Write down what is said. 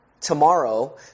tomorrow